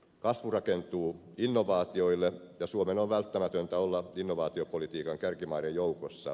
kasvu rakentuu innovaatioille ja suomen on välttämätöntä olla innovaatiopolitiikan kärkimaiden joukossa